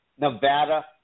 Nevada